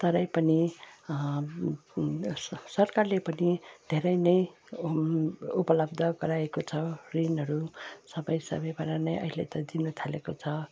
तरै पनि सरकारले पनि धेरै नै उपलब्ध गराएको छ ऋणहरू सबै सबैबाट नै अहिले त दिनु थालेको छ